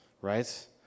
right